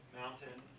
mountain